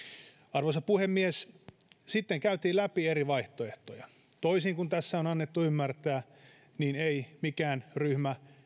arvoisa puhemies sitten käytiin läpi eri vaihtoehtoja toisin kuin tässä on annettu ymmärtää ei mikään ryhmä